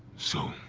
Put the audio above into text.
so.